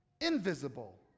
invisible